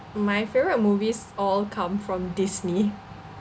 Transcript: my favorite movies all come from disney